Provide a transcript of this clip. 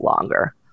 longer